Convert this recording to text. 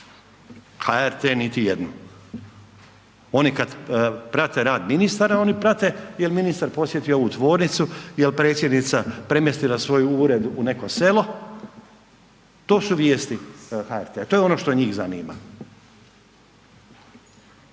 HRT niti jednu. Oni kada prate rad ministara oni prate jel ministar posjetio ovu tvornicu, jel predsjednica premjestila svoj ured u neko selo, to su vijesti HRT-a, to je ono što njih zanima.